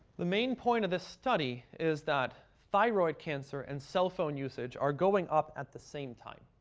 the main point of the study is that thyroid cancer and cell phone usage are going up at the same time.